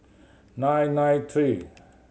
nine nine three